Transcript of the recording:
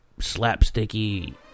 slapsticky